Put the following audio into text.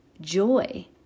joy